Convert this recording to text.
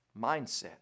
mindset